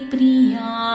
Priya